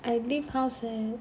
I leave house at